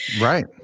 Right